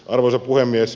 arvoisa puhemies